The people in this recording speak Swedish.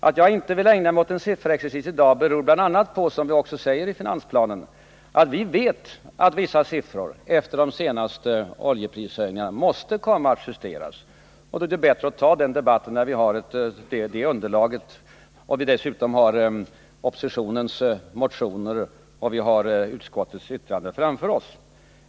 Att jag inte vill ägna mig åt en sifferexercis i dag beror bl.a. — som vi också påpekar i finansplanen — på att vi ver att vissa siffror efter de senaste oljeprishöjningarna måste komma att justeras. Därför är det bättre att ta den debatten när vi har det underlag vi behöver och vi dessutom har oppositionens motioner och utskottets betänkande framför oss.